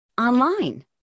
online